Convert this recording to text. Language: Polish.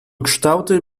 kształty